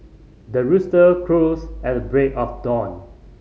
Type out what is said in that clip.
the rooster crows at the break of dawn